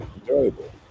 enjoyable